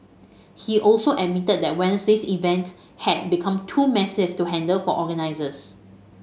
he also admitted that Wednesday's event had become too massive to handle for organisers